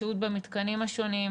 השהות במתקנים השונים,